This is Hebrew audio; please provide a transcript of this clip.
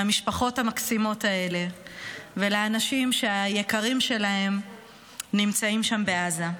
למשפחות המקסימות האלה ולאנשים שהיקרים שלהם נמצאים שם בעזה.